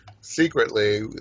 secretly